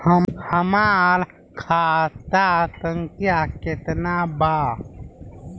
हमार खाता संख्या केतना बा?